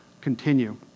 continue